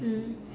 mm